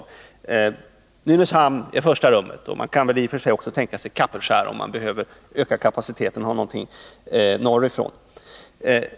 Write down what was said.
Här har nämnts Nynäshamn i första rummet, och man kan väl i och för sig också tänka sig Kapellskär, om man behöver öka kapaciteten och ha transportmöjligheter norrifrån.